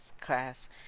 class